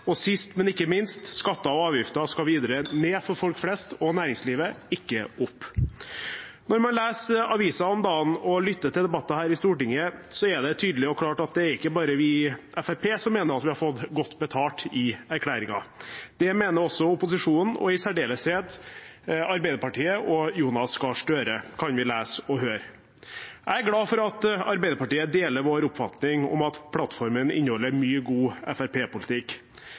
og sist – men ikke minst – skulle skatter og avgifter videre ned for folk flest og næringslivet, ikke opp. Når man leser aviser nå om dagen og lytter til debatter her i Stortinget, er det tydelig og klart at det er ikke bare vi i Fremskrittspartiet som mener at vi har fått godt betalt i erklæringen. Det mener også opposisjonen – og i særdeleshet Arbeiderpartiet og Jonas Gahr Støre, kan vi lese og høre. Jeg er glad for at Arbeiderpartiet deler vår oppfatning om at plattformen inneholder mye god